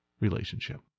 relationship